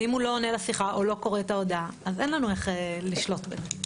ואם הוא לא עונה לשיחה או לא קורא את ההודעה אז אין לנו איך לשלוט בזה.